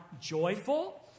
joyful